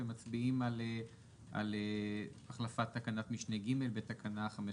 ומצביעים על החלפת תקנה משנה (ג) בתקנה 549,